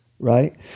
right